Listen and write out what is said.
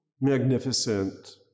magnificent